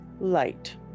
light